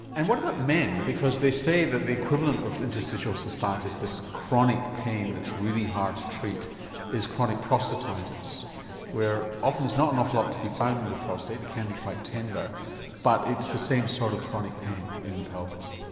and what about men because they say that the equivalent of interstitial cystitis, this chronic pain that's really hard to treat is chronic prostatitis where often there's not a lot to be found in the prostate, it can be quite tender but it's the same sort of chronic pain in the pelvis.